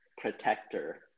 protector